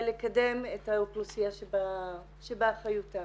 אני לא מדברת על זה שאיזה לשכה עושה העצמה בתקווה שאולי יהיו מגשרות,